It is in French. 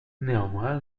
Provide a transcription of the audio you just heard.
néanmoins